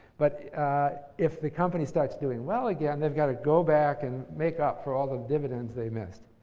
but if the company starts doing well again, they've got to go back and make up for all the dividends they missed.